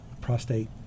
prostate